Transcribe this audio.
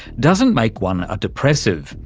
doesn't make one a depressive,